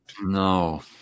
No